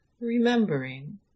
remembering